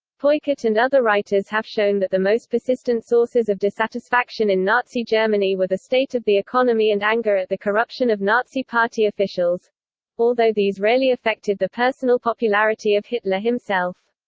peukert and other writers have shown that the most persistent sources of dissatisfaction in nazi germany were the state of the economy and anger at the corruption of nazi party officials although these rarely affected the personal popularity of hitler himself.